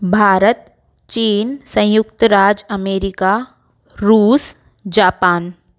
भारत चीन संयुक्त राज्य अमेरिका रूस जापान